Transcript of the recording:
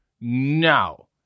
No